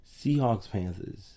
Seahawks-Panthers